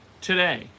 today